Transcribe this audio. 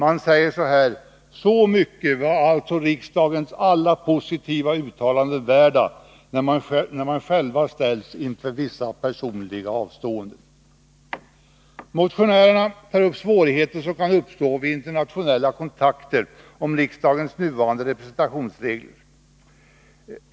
De säger så här: Så mycket var alltså riksdagens alla positiva uttalanden värda när man själv ställs inför krav på ett personligt avstående. Motionärerna tar upp svårigheter som med riksdagens nuvarande representationsregler kan uppstå vid internationella kontakter.